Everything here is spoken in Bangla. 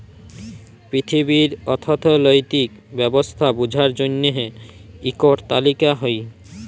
পিথিবীর অথ্থলৈতিক ব্যবস্থা বুঝার জ্যনহে ইকট তালিকা হ্যয়